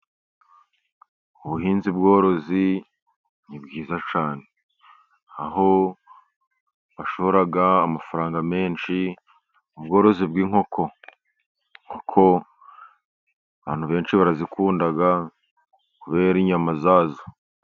Ubuhinzi bworozi ni bwiza cyane aho bashora amafaranga menshi mu bworozi bw'inkokoko, abantu benshi barazikunda kubera inyama zazo.